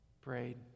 prayed